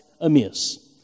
amiss